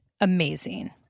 amazing